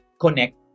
connect